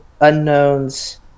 unknowns